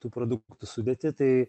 tų produktų sudėtį tai